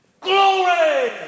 Glory